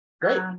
Great